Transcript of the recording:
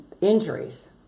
Injuries